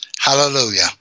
Hallelujah